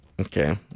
Okay